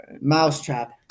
Mousetrap